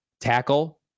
Tackle